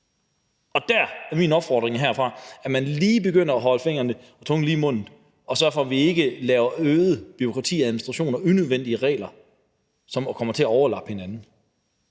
Der er det min opfordring herfra, at man lige begynder at holde tungen lige i munden og sørge for, at vi ikke laver øget bureaukrati og administration og unødvendige regler, som kommer til at overlappe hinanden.